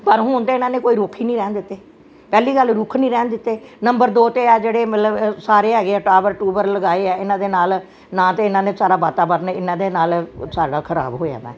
ਪਰ ਹੁਣ ਤੇ ਇਹਨਾਂ ਨੇ ਕੋਈ ਰੁੱਖ ਹੀ ਨੀ ਰਹਿਣ ਦਿੱਤੇ ਪਹਿਲੀ ਗੱਲ ਰੁੱਖ ਨੀ ਰਹਿਣ ਦਿੱਤੇ ਨੰਬਰ ਦੋ ਤੇ ਆ ਜਿਹੜੇ ਮਤਲਵ ਸਾਰੇ ਹੈਗੇ ਐ ਟਾਵਰ ਟੂਵਰ ਲਗਾਏ ਆ ਇਹਨਾਂ ਦੇ ਨਾਲ ਨਾ ਤੇ ਇਹਨਾਂ ਨੇ ਸਾਰਾ ਵਾਤਾਵਰਨ ਇਹਨਾਂ ਦੇ ਨਾਲ ਸਾਡਾ ਖਰਾਬ ਹੋਇਆ ਵਾ